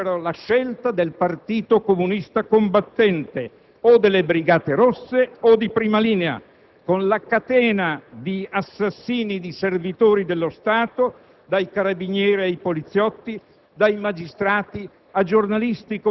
negli anni Settanta fecero la scelta del Partito comunista combattente, delle Brigate Rosse o di Prima Linea, con la catena di assassini di servitori dello Stato, dai Carabinieri ai poliziotti,